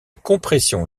compression